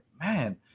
man